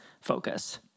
focus